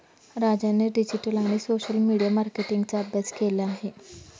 राजाने डिजिटल आणि social media मार्केटिंगचा अभ्यास केला आहे